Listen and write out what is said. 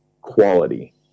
quality